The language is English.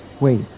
Wait